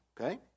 okay